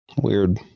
Weird